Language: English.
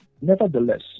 Nevertheless